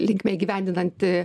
linkme įgyvendinanti